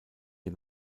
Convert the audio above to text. der